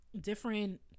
different